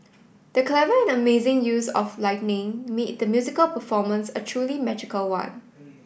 the clever and amazing use of lightning made the musical performance a truly magical one